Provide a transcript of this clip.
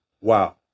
Wow